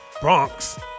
Bronx